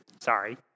sorry